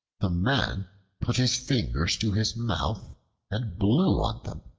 the man put his fingers to his mouth and blew on them.